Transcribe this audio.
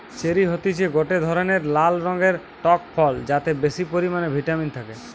cherry হতিছে গটে ধরণের লাল রঙের টক ফল যাতে বেশি পরিমানে ভিটামিন থাকে